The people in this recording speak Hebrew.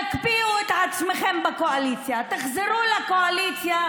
תקפיאו את עצמכם בקואליציה, תחזרו לקואליציה,